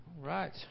right